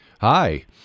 Hi